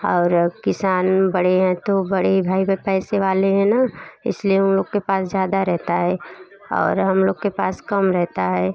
और किसान बड़े हैं तो बड़े भाई पे पैसे वाले हैं ना इसलिए उन लोग के पास ज़्यादा रहता है और हम लोग के पास कम रहता है